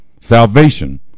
salvation